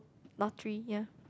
lottery ya